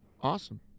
awesome